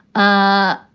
i